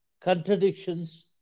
contradictions